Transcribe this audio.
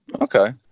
Okay